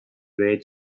red